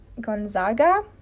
Gonzaga